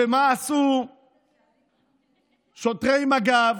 ומה עשו שוטרי מג"ב?